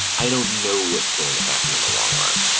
i don't know what's going to happen in the long run.